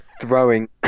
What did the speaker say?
throwing